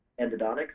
endodontics